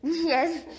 Yes